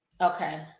Okay